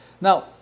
Now